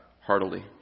heartily